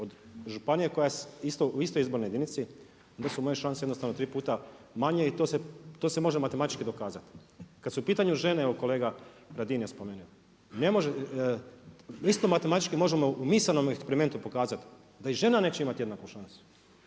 od županije koja je u istoj izbornoj jedinici onda su moje šanse jednostavno tri puta manje i to se može matematički dokazati. Kad su u pitanju žene, evo kolega Radin je spomenuo, isto matematički možemo u eksperimentu pokazati da i žena neće imati jednaku šansu.